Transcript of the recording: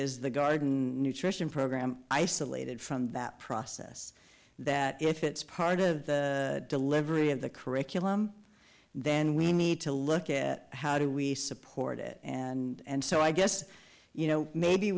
is the garden nutrition program isolated from that process that if it's part of delivery of the curriculum then we need to look at how do we support it and so i guess you know maybe